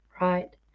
Right